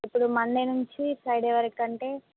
ఇప్పుడు మండే నుంచి ఫ్రైడే వరకు అంటే